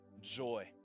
joy